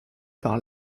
par